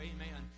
Amen